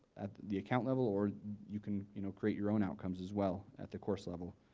at the account level or you can, you know, create your own outcomes as well at the course level.